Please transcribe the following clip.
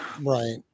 right